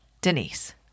Denise